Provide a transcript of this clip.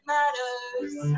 Matters